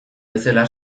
bezala